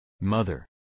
Mother